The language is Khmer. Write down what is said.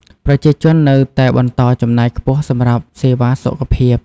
ប្រជាជននៅតែបន្តចំណាយខ្ពស់សម្រាប់សេវាសុខភាព។